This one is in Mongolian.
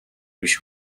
биш